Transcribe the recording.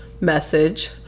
message